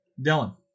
Dylan